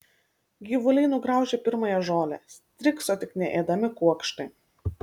gyvuliai nugraužė pirmąją žolę stirkso tik neėdami kuokštai